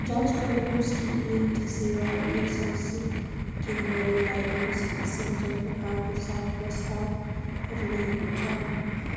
जाँच गर्नुहोस् कि इएनटी सेवा इएसआइसी केन्द्रले डायग्नोस्टिक सेन्टर प्रकारको साथ प्रस्ताव गरिरहेको छ